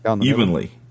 evenly